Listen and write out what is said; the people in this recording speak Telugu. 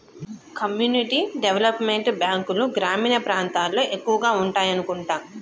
కమ్యూనిటీ డెవలప్ మెంట్ బ్యాంకులు గ్రామీణ ప్రాంతాల్లో ఎక్కువగా ఉండాయనుకుంటా